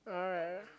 alright alright